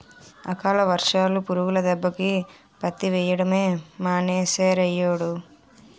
అకాల వర్షాలు, పురుగుల దెబ్బకి పత్తి వెయ్యడమే మానీసేరియ్యేడు